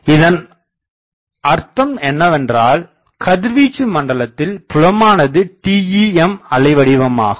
இதன் அர்த்தம் என்னவென்றால் கதிர்வீச்சு மண்டலத்தில் புலமானது TEM அலைவடிவமாகும்